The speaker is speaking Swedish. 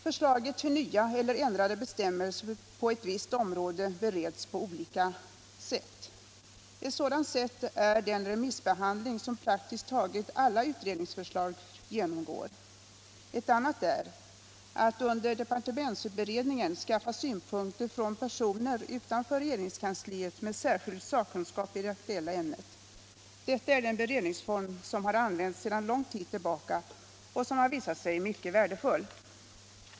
Förslag till nya eller ändrade bestämmelser på ett visst område bereds på olika sätt. Ett sådant sätt är den remissbehandling som praktiskt taget alla utredningsförslag genomgår. Ett annat är att under departementsberedningen skaffa synpunkter från personer utanför regeringskansliet med särskild sakkunskap i det aktuella ämnet. Detta är en beredningsform som har använts sedan lång tid tillbaka och som har visat sig mycket värdefull.